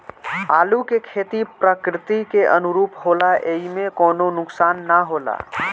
आलू के खेती प्रकृति के अनुरूप होला एइमे कवनो नुकसान ना होला